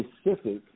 specific